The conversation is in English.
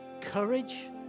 courage